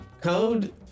code